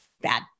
bad